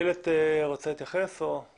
יש